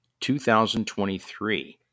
2023